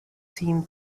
team